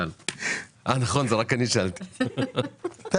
- אתר קמפוס.